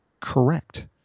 correct